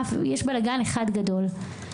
יש בלגן אחד גדול.